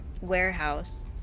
warehouse